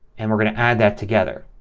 and we're going to add that together.